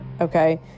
okay